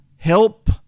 Help